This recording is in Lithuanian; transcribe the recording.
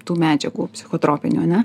tų medžiagų psichotropinių ane